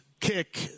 kick